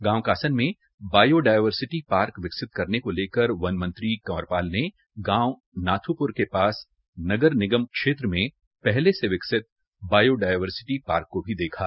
गांव कासन में biodiversity park विकसित करने को लेकर वन मंत्री कंवरपाल ने गांव नाथुपुर के पास नगर निगम क्षेत्र में पहले से विकसित बायोडायवर्सिटी पार्क को भी देखा